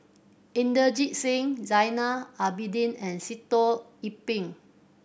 Inderjit Singh Zainal Abidin and Sitoh Yih Pin